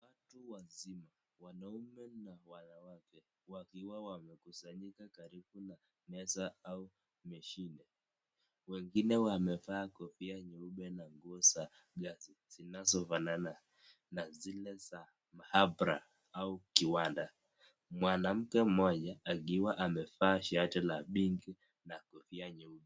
Watu wazima, wanaume na wanawake, wakiwa wamekusanyika karibu na meza au mashine. Wengine wamevaa kofia nyeupe na nguo za kazi zinazofanana na zile za maabara au kiwanda. Mwanamke mmoja akiwa amevaa shati la pinki na kofia nyeupe.